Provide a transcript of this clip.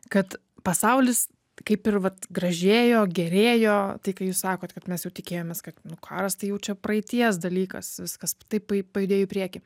kad pasaulis kaip ir vat gražėjo gerėjo tai kai jūs sakot kad mes jau tikėjomės kad nu karas tai jau čia praeities dalykas viskas taip pa pajudėjo į priekį